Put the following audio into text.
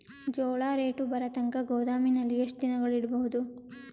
ಜೋಳ ರೇಟು ಬರತಂಕ ಗೋದಾಮಿನಲ್ಲಿ ಎಷ್ಟು ದಿನಗಳು ಯಿಡಬಹುದು?